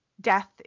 death